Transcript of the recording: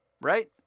right